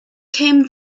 came